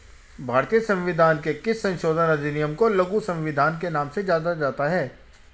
भारतीय संविधान के किस संशोधन अधिनियम को लघु संविधान के नाम से जाना जाता है?